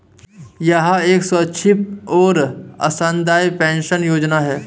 यह एक स्वैच्छिक और अंशदायी पेंशन योजना है